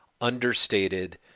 understated